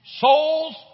Souls